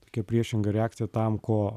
tokia priešinga reakcija tam ko